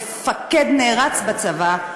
מפקד נערץ בצבא,